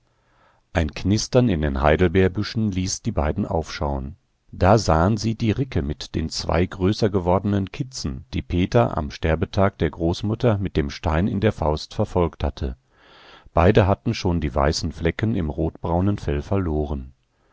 ein knistern in den heidelbeerbüschen ließ die beiden aufschauen da sahen sie die ricke mit den zwei größer gewordenen kitzen die peter am sterbetag der großmutter mit dem stein in der faust verfolgt hatte beide hatten schon die weißen flecken im rotbraunen fell verloren